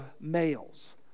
males